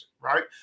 right